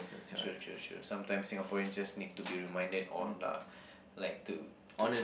true true true sometimes Singaporean just need to be reminded on uh like to to to